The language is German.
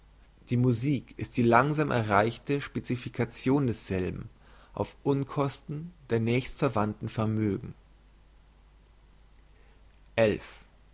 die musik ist die langsam erreichte spezifikation desselben auf unkosten der nächstverwandten vermögen